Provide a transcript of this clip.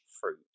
fruit